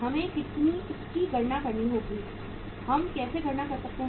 हमें इसकी गणना करनी होगी हम कैसे गणना कर सकते हैं